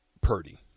Purdy